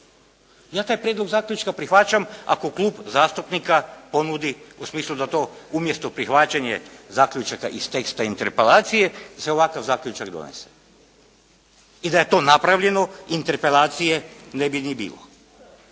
Ja taj prijedlog zaključka prihvaćam ako klub zastupnika ponudi u smislu da to umjesto prihvaćanje zaključaka iz teksta interpelacija se ovakav zaključak donese. I da je to napravljeno interpelacije ne bi ni bilo.